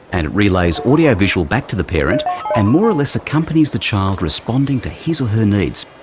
and it relays audio-visual back to the parent and more or less accompanies the child, responding to his or her needs.